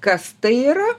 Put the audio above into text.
kas tai yra